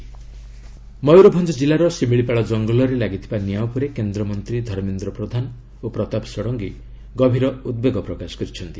Odisha wildfire Mayurbhanj ଜିଲ୍ଲାର ଶିମିଳିପାଳ ଜଙ୍ଗଲରେ ଲାଗିଥିବା ନିଆଁ ଉପରେ କେନ୍ଦମନ୍ତ୍ରୀ ଧର୍ମେନ୍ଦ ପ୍ରଧାନ ଓ ପ୍ତାପ ଷଡ଼ଙ୍ଗୀ ଗଭୀର ଉଦ୍ବେଗ ପ୍ରକାଶ କରିଛନ୍ତି